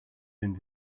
been